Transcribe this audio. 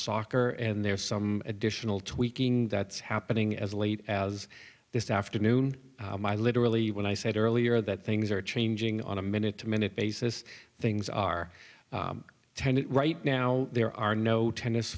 soccer and there's some additional tweaking that's happening as late as this afternoon by literally when i said earlier that things are changing on a minute to minute basis things are tending right now there are no tennis